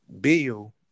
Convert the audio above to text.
Bill